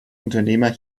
unternehmer